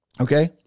Okay